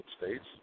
States